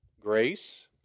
grace